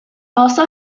also